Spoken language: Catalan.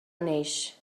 neix